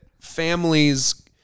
families